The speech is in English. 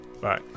Bye